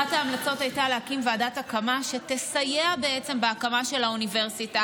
אחת ההמלצות הייתה להקים ועדת הקמה שתסייע בהקמה של האוניברסיטה,